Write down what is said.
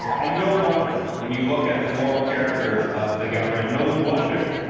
and no wonder, when you look at the moral character of the government. no wonder